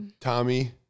Tommy